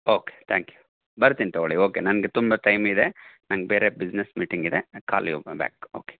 okay thank you ಬರ್ತೀನಿ ತೊಗೊಳ್ಳಿ okay ನನಗೆ ತುಂಬ ಟೈಮ್ ಇದೆ ನನ್ಗೆ ಬೇರೆ ಬಿಸ್ನಸ್ ಮೀಟಿಂಗ್ ಇದೆ I call you back okay